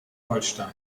holstein